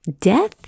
Death